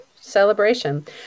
celebration